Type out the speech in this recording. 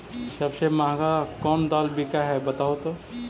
सबसे महंगा कोन दाल बिक है बताहु तो?